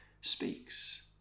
speaks